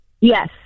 Yes